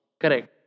Correct